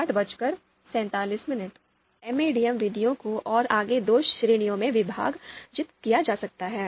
अब एमएडीएम विधियों को और आगे दो श्रेणियों में विभाजित किया जा सकता है